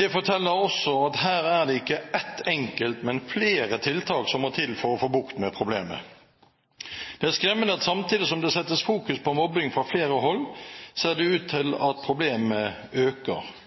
Det forteller også at her er det ikke ett enkelt, men flere tiltak som må til for å få bukt med problemet. Det er skremmende at samtidig som det settes fokus på mobbing fra flere hold, ser det ut til at problemet øker.